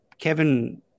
Kevin